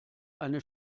eine